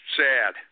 sad